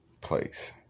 place